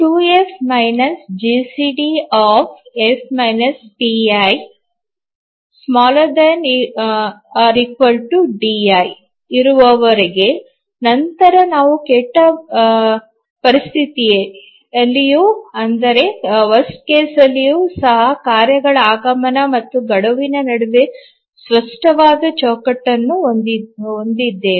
2F GCD F pi ≤ di 2F GCD Fpi is ≤ diಇರುವವರೆಗೆ ನಂತರ ನಾವು ಕೆಟ್ಟ ಪರಿಸ್ಥಿತಿಯಲ್ಲಿಯೂ ಸಹ ಕಾರ್ಯಗಳ ಆಗಮನ ಮತ್ತು ಗಡುವಿನ ನಡುವೆ ಸ್ಪಷ್ಟವಾದ ಚೌಕಟ್ಟನ್ನು ಹೊಂದಿದ್ದೇವೆ